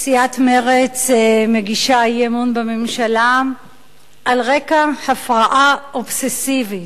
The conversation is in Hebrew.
סיעת מרצ מגישה אי-אמון בממשלה על רקע הפרעה אובססיבית.